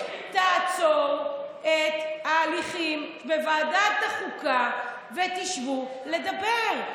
תעצור את ההליכים בוועדת החוקה ותשבו לדבר.